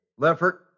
leffert